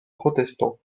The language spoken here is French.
protestants